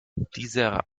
dieser